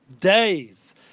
days